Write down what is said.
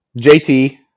JT